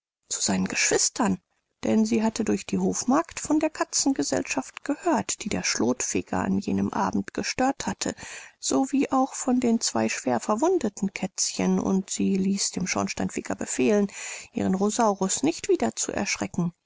zu seinen geschwistern denn sie hatte durch die hofmagd von der katzengesellschaft gehört die der schlotfeger an jenem abend gestört hatte so wie auch von den zwei schwer verwundeten kätzchen und sie ließ dem schlotfeger befehlen ihren rosaurus nicht wieder zu erschrecken